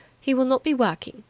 he will not be working.